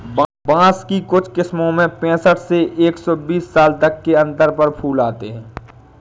बाँस की कुछ किस्मों में तो पैंसठ से एक सौ बीस साल तक के अंतर पर फूल आते हैं